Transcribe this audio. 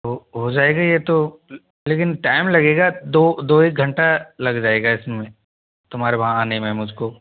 हो हो जाएगा ये तो लेकिन टाइम लगेगा दो दो एक घंटा लग जाएगा इसमें तुम्हारे वहाँ आने में मुझको